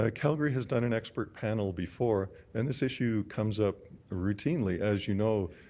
ah calgary has done an expert panel before. and this issue comes up routinely. as you know,